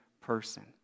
person